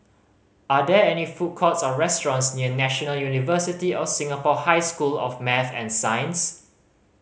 are there any food courts or restaurants near National University of Singapore High School of Math and Science